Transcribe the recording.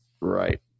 Right